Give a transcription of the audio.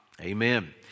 Amen